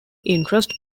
interest